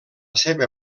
seva